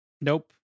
Nope